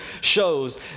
shows